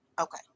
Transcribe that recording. Okay